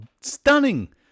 stunning